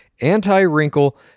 anti-wrinkle